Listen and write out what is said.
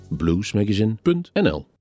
bluesmagazine.nl